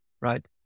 right